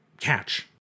catch